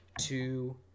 two